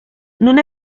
non